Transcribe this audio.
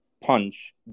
punch